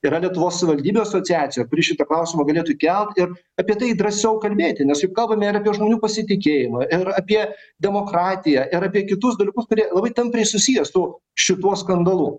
yra lietuvos savivaldybių asociacija kuri šitą klausimą galėtų kelt ir apie tai drąsiau kalbėti nes juk kalbame apie žmonių pasitikėjimą ir apie demokratiją ir apie kitus dalykus kurie labai tampriai susiję su šituo skandalu